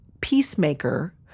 peacemaker